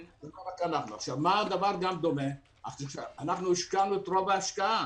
למה הדבר דומה אנחנו השקענו את רוב ההשקעה